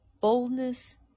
boldness